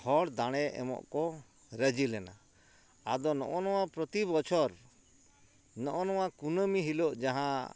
ᱦᱚᱲ ᱫᱟᱬᱮ ᱮᱢᱚᱜ ᱠᱚ ᱨᱟᱡᱤᱞᱮᱱᱟ ᱟᱫᱚ ᱱᱚᱜᱼᱚ ᱱᱚᱣᱟ ᱯᱨᱚᱛᱤ ᱵᱚᱪᱷᱚᱨ ᱱᱚᱜᱼᱚ ᱱᱚᱣᱟ ᱠᱩᱱᱟᱹᱢᱤ ᱦᱤᱞᱳᱜ ᱡᱟᱦᱟᱸ